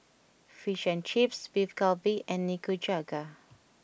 Fish and Chips Beef Galbi and Nikujaga